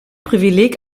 privileg